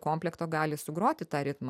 komplekto gali sugroti tą ritmą